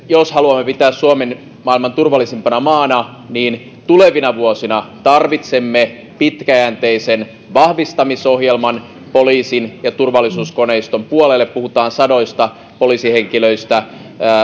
jos haluamme pitää suomen maailman turvallisimpana maana niin tulevina vuosina tarvitsemme pitkäjänteisen vahvistamisohjelman poliisin ja turvallisuuskoneiston puolelle puhutaan sadoista poliisihenkilöistä